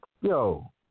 Yo